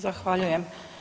Zahvaljujem.